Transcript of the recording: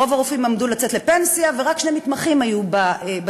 רוב הרופאים עמדו לצאת לפנסיה ורק שני מתמחים היו בצינור.